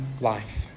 life